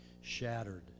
shattered